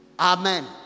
Amen